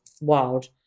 wild